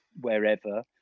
wherever